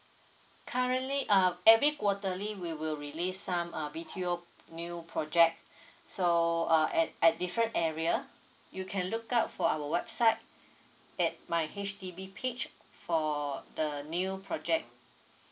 currently uh every quarterly we will release some uh B_T_O new project so uh at at different area you can look out for our website at my H_D_B page for the new project